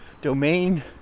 domain